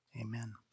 Amen